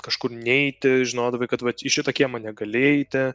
kažkur neiti žinodavai kad vat į šitą kiemą negali eiti